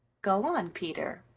go on, peter,